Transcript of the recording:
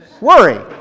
worry